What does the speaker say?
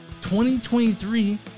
2023